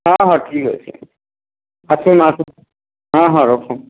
ହଁ ହଁ ଠିକ୍ ଅଛି ଆସନ୍ତୁ ଆସନ୍ତୁ ହଁ ହଁ ରଖନ୍ତୁ